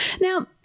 Now